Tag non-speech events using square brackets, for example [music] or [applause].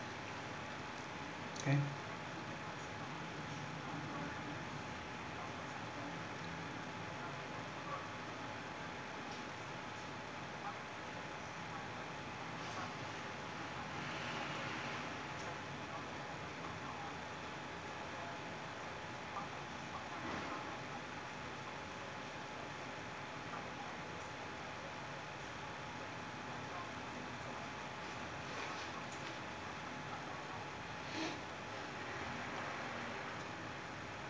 can [breath]